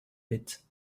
pits